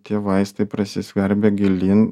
tie vaistai prasiskverbia gilyn